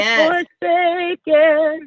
forsaken